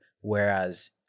whereas